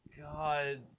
God